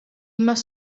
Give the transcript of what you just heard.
must